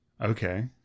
Okay